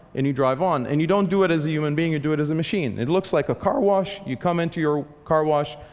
and you drive on. and you don't do it as a human being. you do it as a machine. it looks like a car wash. you come into your car wash.